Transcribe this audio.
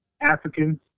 Africans